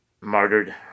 martyred